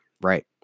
right